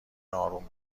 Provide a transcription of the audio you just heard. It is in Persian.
اروم